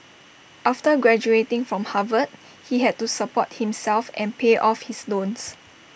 after graduating from Harvard he had to support himself and pay off his loans